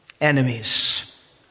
enemies